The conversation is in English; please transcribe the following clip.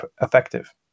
effective